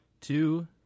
two